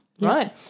right